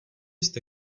jste